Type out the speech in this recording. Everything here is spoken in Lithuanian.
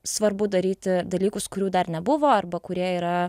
svarbu daryti dalykus kurių dar nebuvo arba kurie yra